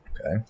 Okay